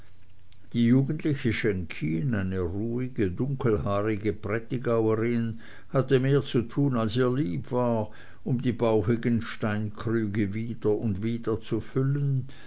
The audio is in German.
die jugendliche schenkin eine ruhige dunkelhaarige prätigauerin hatte mehr zu tun als ihr lieb war um die bauchigen steinkrüge wieder und wieder zu füllen